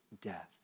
death